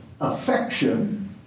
affection